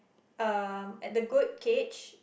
um at the goat cage